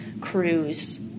crews